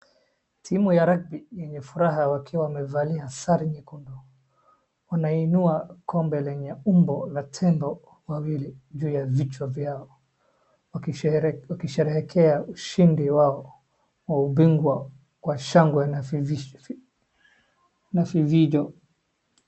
Timu ya rugby yenye furaha wakiwa wamevalia sare nyekundu, wanainua kombe lenye umbo la tembo wawili juu ya vichwa vyao, wakisherehekea ushindi wao, wa ubingwa kwa shangwe na vifijo.